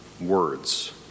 words